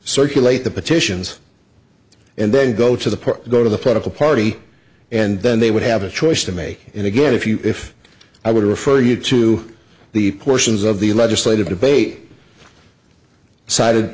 circulate the petitions and then go to the park go to the political party and then they would have a choice to make and again if you if i would refer you to the portions of the legislative debate cited